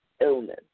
illness